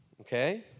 Okay